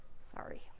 sorry